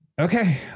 Okay